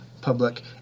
public